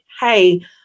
hey